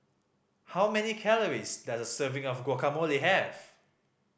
how many calories does a serving of Guacamole have